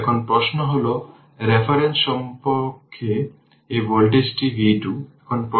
এখন প্রশ্ন হল রেফারেন্সের সাপেক্ষে এই ভোল্টেজটি v 2